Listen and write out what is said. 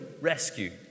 rescue